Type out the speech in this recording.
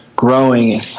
growing